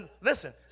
Listen